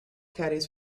caddies